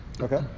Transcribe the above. Okay